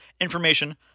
information